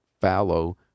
fallow